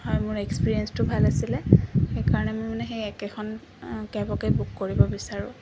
আৰু মোৰ এক্সপিৰিয়েঞ্চটো ভাল আছিলে সেইকাৰণে মোৰ মানে সেই একেখন কেবকে বুক কৰিব বিচাৰোঁ